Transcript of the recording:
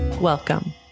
Welcome